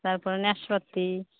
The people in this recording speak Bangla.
তারপর নাশপাতি